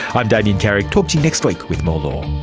i'm damien carrick, talk to you next week with more